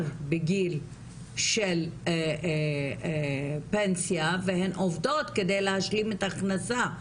בגיל של פנסיה והן עובדות כדי להשלים את ההכנסה,